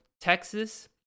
Texas